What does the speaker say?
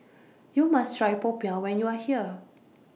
YOU must Try Popiah when YOU Are here